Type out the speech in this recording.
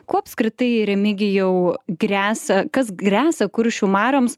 kuo apskritai remigijau gresia kas gresia kuršių marioms